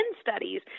studies